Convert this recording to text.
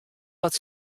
wat